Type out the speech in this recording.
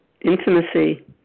intimacy